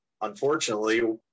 Unfortunately